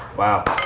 wow.